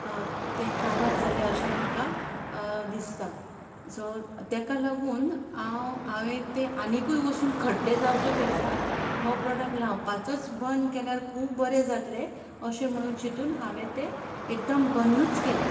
ते काबार जाले अशें म्हाका दिसता सो ताका लागून हांवें आनीकूय वचून खड्डे जावचे पेक्षा हो प्रोडक्ट लावपाचोच बंद केल्यार खूब बरें जातले अशें म्हणून चितून हांवें तें एकदम बंदूच केले